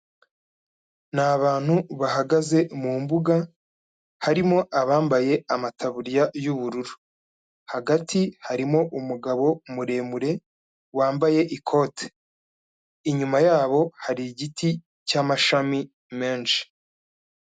Ni abantu bahagaze mu mbuga, harimo abambaye amataburiya y'ubururu, hagati harimo umugabo muremure wambaye ikote, inyuma yabo hari igiti cy'amashami menshi.